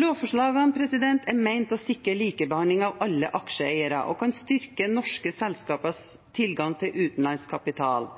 Lovforslagene er ment å sikre likebehandling av alle aksjeeiere og kan styrke norske selskapers tilgang til utenlandsk kapital.